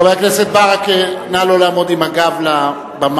חבר הכנסת ברכה, נא לא לעמוד עם הגב לבמה.